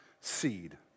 seed